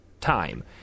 time